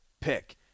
pick